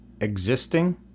existing